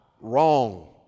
Wrong